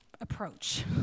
approach